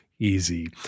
easy